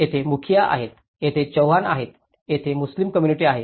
तेथे मुखिया आहेत तेथे चौहान आहेत आणि तेथे मुस्लिम कोम्मुनिटी आहे